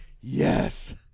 yes